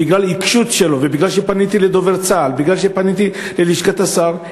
בגלל עיקשות שלו ובגלל שפניתי לדובר צה"ל וללשכת השר,